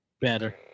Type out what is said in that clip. Better